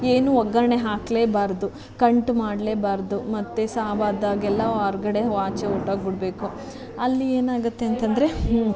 ಏನೂ ಒಗ್ಗರಣೆ ಹಾಕ್ಲೇಬಾರದು ಕಂಟ್ ಮಾಡ್ಲೇಬಾರದು ಮತ್ತು ಸಾವು ಆದಾಗೆಲ್ಲಾ ಹೊರ್ಗಡೆ ಆಚೆ ಊಟಕ್ಕೆ ಬಿಡ್ಬೇಕ್ ಅಲ್ಲಿ ಏನಾಗುತ್ತೆ ಅಂತಂದರೆ